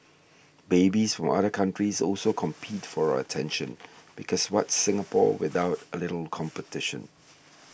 babies from other countries also compete for our attention because what's Singapore without a little competition